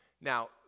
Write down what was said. Now